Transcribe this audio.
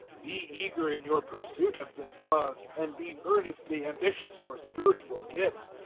be eager in your pursuit of this love, and be earnestly ambitious for spiritual gifts,